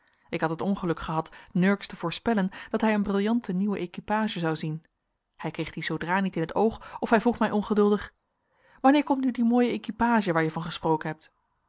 ik had het ongeluk gehad nurks te voorspellen dat hij een brillante nieuwe equipage zou zien hij kreeg die zoodra niet in het oog of hij vroeg mij ongeduldig wanneer komt nu die mooie equipage waar je van gesproken hebt